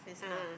a'ah